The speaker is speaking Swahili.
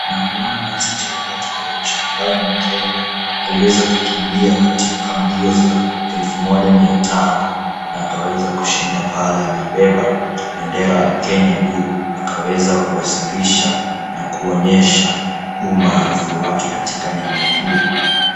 Namuona Nancy Chelagat Koech ambaye ni Mkenya aliweza kukimbia katika mbio za elfu moja mia tano na akaweza kushinda pale. Ameibeba bendera ya Kenya juu, akaweza kuwasilisha na kuonyesha umaarufu wake katika nyanja hiyo.